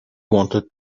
wanted